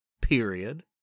period